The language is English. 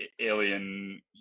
alien